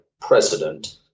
president